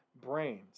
brains